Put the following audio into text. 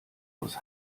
aus